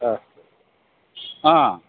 ಹಾಂ ಹಾಂ